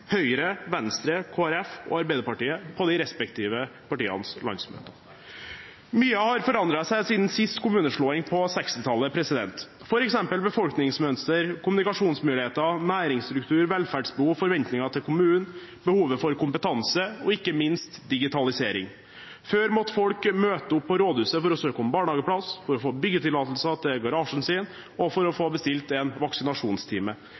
Høyre, Venstre, Kristelig Folkeparti og Arbeiderpartiet på de respektive partienes landsmøte. Mye har forandret seg siden forrige kommunesammenslåing på 1960-tallet, f.eks. befolkningsmønster, kommunikasjonsmuligheter, næringsstruktur, velferdsbehov, forventninger til kommunen, behovet for kompetanse og ikke minst digitalisering. Før måtte folk møte opp på rådhuset for å søke om barnehageplass, for å få byggetillatelse til garasjen sin og for å få bestilt en vaksinasjonstime.